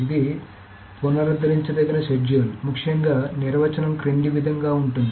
ఇది పునరుద్ధరించదగిన షెడ్యూల్ ముఖ్యంగా నిర్వచనం క్రింది విధంగా ఉంటుంది